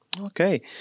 Okay